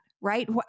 right